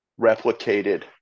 replicated